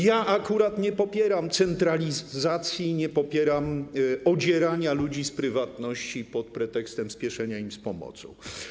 Ja akurat nie popieram centralizacji i odzierania ludzi z prywatności pod pretekstem spieszenia im z pomocą.